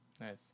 Nice